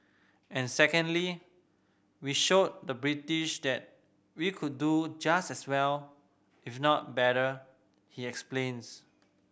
and secondly we showed the British that we could do just as well if not better he explains